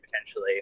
potentially